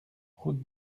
route